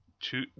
two